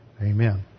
Amen